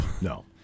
No